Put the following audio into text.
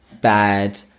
bad